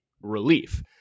relief